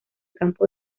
campo